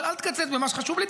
אבל אל תקצץ במה שחשוב לי,